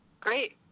Great